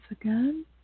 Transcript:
again